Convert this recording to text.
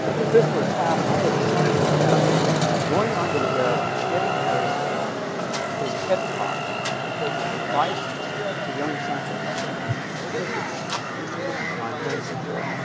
if this were a class, i would assign the task of going onto the web, getting his his ted talk because it's advice to young scientists. and it's it's worth it's it's worth the time to listen to it.